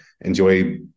enjoy